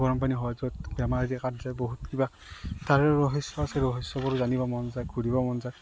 গৰমপানী হয় য'ত বেমাৰ আদি কাট যায় দোষ কিবা তাৰে ৰহস্য আছে ৰহস্যবোৰ জানিব মন যায় ঘূৰিব মন যায়